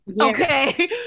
Okay